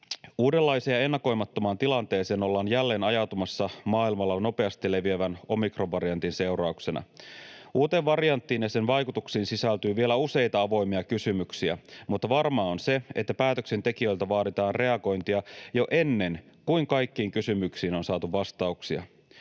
”Uudenlaiseen ja ennakoimattomaan tilanteeseen ollaan jälleen ajautumassa maailmalla nopeasti leviävän omikronvariantin seurauksena. Uuteen varianttiin ja sen vaikutuksiin sisältyy vielä useita avoimia kysymyksiä, mutta varmaa on se, että päätöksentekijöiltä vaaditaan reagointia jo ennen kuin kaikkiin kysymyksiin on saatu vastauksia.